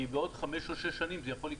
כי בעוד חמש או שש שנים, זה יכול לקרות.